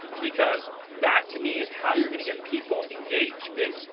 because that, to me, is how you're going to get people engaged is,